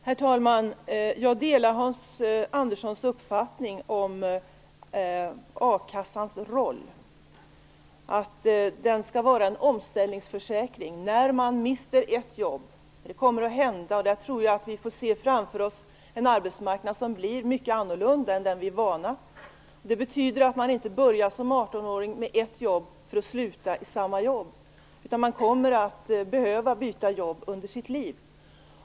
Herr talman! Jag delar Hans Anderssons uppfattning om a-kassans roll. Den skall vara en omställningsförsäkring när man mister ett jobb, för det kommer att hända. Jag tror att vi kommer att se framför oss en arbetsmarknad som blir mycket annorlunda än den vi är vana vid. Det betyder att man inte börjar som 18-åring på ett jobb för att sluta på det samma. Man kommer att behöva byta jobb under sitt liv.